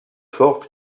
ford